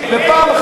זה לגו.